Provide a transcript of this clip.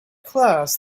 class